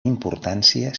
importància